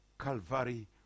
Calvary